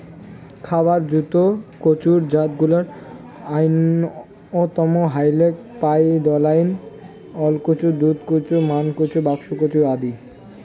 খাবার জুত কচুর জাতগুলার অইন্যতম হইলেক পাইদনাইল, ওলকচু, দুধকচু, মানকচু, বাক্সকচু আদি